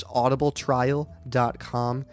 audibletrial.com